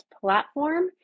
platform